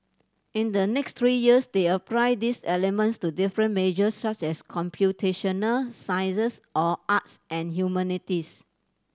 in the next three years they apply these elements to different majors such as computational sciences or arts and humanities